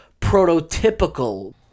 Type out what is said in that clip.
prototypical